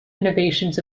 innovations